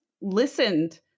listened